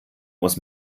muss